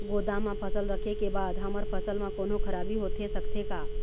गोदाम मा फसल रखें के बाद हमर फसल मा कोन्हों खराबी होथे सकथे का?